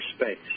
space